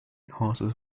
horses